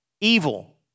evil